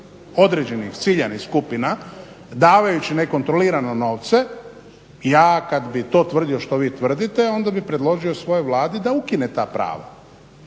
određenih ciljanih skupina davajući nekontrolirano novce ja kad bih to tvrdio što vi tvrdite onda bi predložio svojoj Vladi da ukine ta prava.